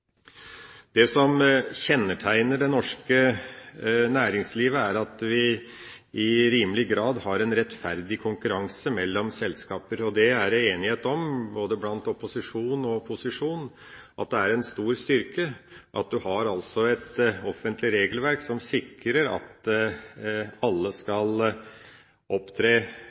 Det som kjennetegner det norske næringslivet, er at det i rimelig grad er en rettferdig konkurranse mellom selskaper. Det er enighet blant opposisjon og posisjon om at det er en stor styrke at en har et offentlig regelverk som sikrer at alle skal opptre